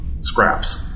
scraps